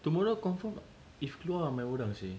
tomorrow confirm if keluar ramai orang seh